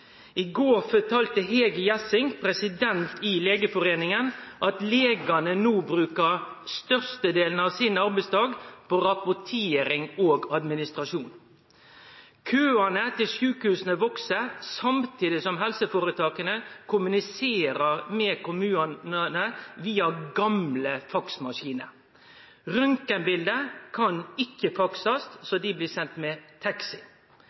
I går fortalde Hege Gjessing, president i Legeforeningen, at legane no bruker størstedelen av arbeidsdagen sin på rapportering og administrasjon. Køane til sjukehusa veks, samtidig som helseføretaka kommuniserer med kommunane via gamle faksmaskinar. Røntgenbilde kan ikkje bli faksa, så dei blir sende med